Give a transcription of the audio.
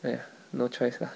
!aiya! no choice lah